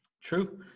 true